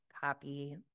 copy